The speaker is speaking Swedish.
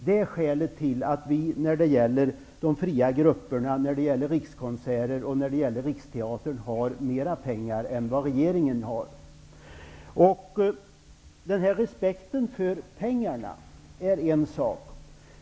Det är skälet till att vi när det gäller de fria grupperna, Rikskonserter och Riksteatern har mer pengar reserverade än vad regeringen har. Att ha respekt för att det inte finns pengar är en sak.